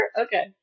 Okay